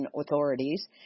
Authorities